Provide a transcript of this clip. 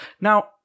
Now